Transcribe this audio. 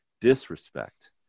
disrespect